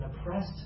oppressed